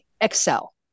excel